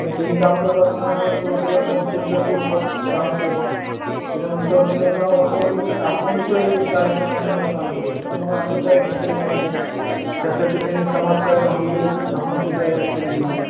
पण त्यांनी काम करत असताना सुरुवातीला संस्थेच्या स्वरूपात काम केलं त्याच्यानंतर त्यांना असं वाटलं की आपण जसं एक कार्यकर्ता म्हणून काम करतो तसं मला अनेक कार्यकर्ते बनवायचे आहेत त्यासाठी त्यांनी समाजकार्य महाविद्यालयाची स्थापनासुद्धा या ठिकाणी केली